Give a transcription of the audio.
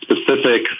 specific